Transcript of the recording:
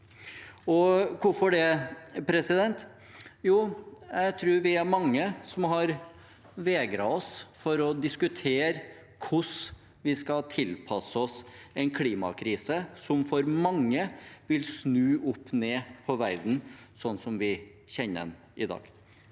Hvorfor det? Jo, jeg tror vi er mange som har vegret oss for å diskutere hvordan vi skal tilpasse oss en klimakrise som for mange vil snu opp ned på verden, slik som vi kjenner den i dag.